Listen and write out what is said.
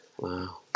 wow